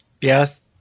yes